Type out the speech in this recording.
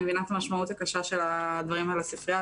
אני מבינה את המשמעות הקשה של הדברים על הספרייה,